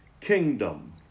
kingdom